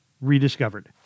rediscovered